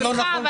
סליחה,